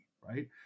right